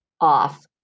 off